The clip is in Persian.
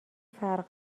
فرق